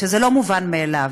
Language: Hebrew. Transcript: שזה לא מובן מאליו.